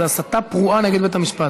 זה הסתה פרועה נגד בית המשפט,